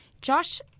Josh